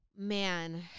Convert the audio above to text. Man